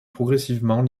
progressivement